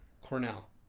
Cornell